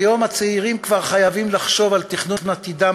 כיום הצעירים חייבים לחשוב על תכנון עתידם